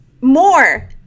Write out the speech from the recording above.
more